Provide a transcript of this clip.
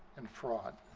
and fraud.